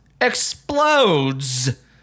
explodes